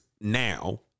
now